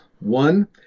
One